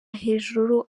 hejuru